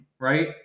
right